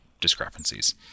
discrepancies